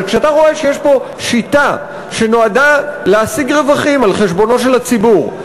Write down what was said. אבל כשאתה רואה שיש פה שיטה שנועדה להשיג רווחים על-חשבונו של הציבור,